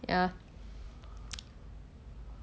ya